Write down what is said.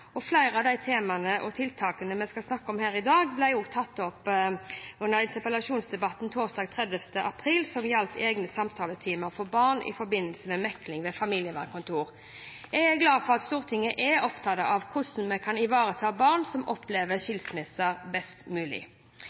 Flere av de temaene og tiltakene som vi skal snakke om her i dag, ble også tatt opp under interpellasjonsdebatten torsdag 30. april, som gjaldt egne samtaletimer for barn i forbindelse med mekling ved familievernkontoret. Jeg er glad for at Stortinget er opptatt av hvordan vi best mulig kan ivareta barn som opplever skilsmisser.